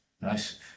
Nice